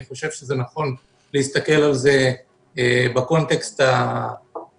אני חושב שנכון להסתכל על זה בקונטקסט הרלוונטי,